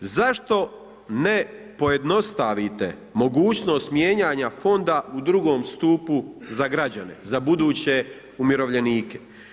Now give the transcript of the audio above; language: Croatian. Zašto ne pojednostavite mogućnost mijenjanja fonda u II. stupu za građane, za buduće umirovljenike?